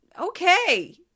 Okay